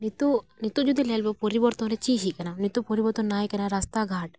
ᱱᱤᱛᱳᱜ ᱱᱤᱛᱚᱜ ᱡᱩᱫᱤ ᱧᱮᱞᱟᱵᱚ ᱯᱚᱨᱤᱵᱚᱨᱛᱚᱱ ᱨᱮ ᱪᱮᱫ ᱦᱮᱡ ᱟᱠᱟᱱᱟ ᱱᱤᱛᱚᱜ ᱯᱚᱨᱤᱵᱚᱨᱛᱚᱱ ᱱᱟᱭᱠᱟᱱᱟ ᱨᱟᱥᱛᱟ ᱜᱷᱟᱴ